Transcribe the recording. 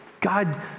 God